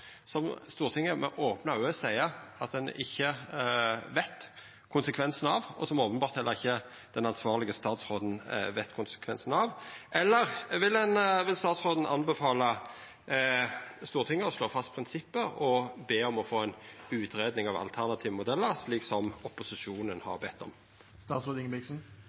som Stortinget med opne auge seier at ein ikkje kjenner konsekvensen av, og som openbert heller ikkje den ansvarlege statsråden kjenner konsekvensen av? Eller vil statsråden anbefala Stortinget å slå fast prinsippet og be om å få ei utgreiing av alternative modellar, slik som opposisjonen har bedt